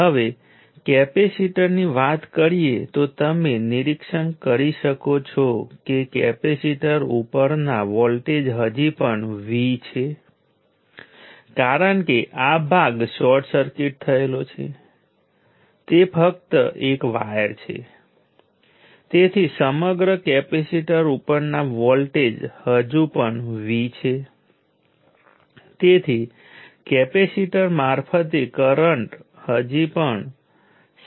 હવે જો આ P 0 છે તો યાદ રાખો V અને I માટે કોઈપણ મૂલ્ય હોઈ શકે છે આપણે અહીં કોઈ ચોક્કસ એલીમેન્ટ્સની ચર્ચા કરી રહ્યા નથી V અને I માટે કોઈપણ મૂલ્ય હોઈ શકે છે અને ઉત્પાદન P કાં તો 0 0 અથવા 0 હોઈ શકે છે